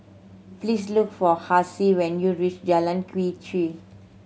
please look for Hassie when you reach Jalan Quee Chew